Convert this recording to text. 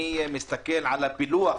אני מסתכל על פילוח